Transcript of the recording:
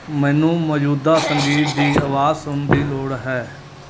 ਮੈਨੂੰ ਮੌਜ਼ੂਦਾ ਸੰਗੀਤ ਦੀ ਆਵਾਜ਼ ਸੁਣਨ ਦੀ ਲੋੜ ਹੈ